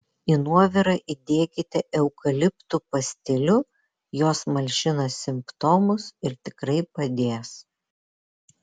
į nuovirą įdėkite eukaliptu pastilių jos malšina simptomus ir tikrai padės